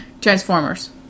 Transformers